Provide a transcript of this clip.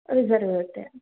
reserve ಇರುತ್ತೆ